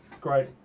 Great